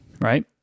right